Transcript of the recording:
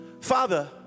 Father